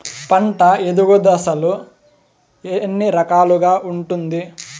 పంట ఎదుగు దశలు ఎన్ని రకాలుగా ఉంటుంది?